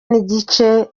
n’igice